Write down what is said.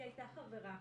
היא הייתה חברה.